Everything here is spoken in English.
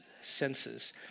senses